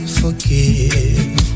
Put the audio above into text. forgive